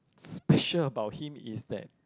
special about him is that